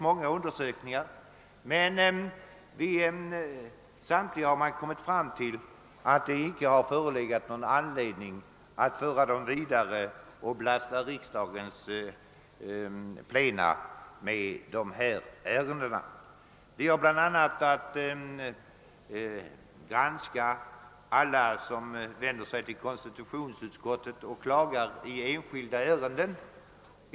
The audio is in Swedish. Vid samtliga undersökningar har man kommit fram till att det inte funnits någon anledning att föra dessa ärenden vidare och belasta riksdagens plena med desamma. i | Vi har bl.a. att granska alla enskilda ärenden, i vilka någon har klagat hos konstitutionsutskottet.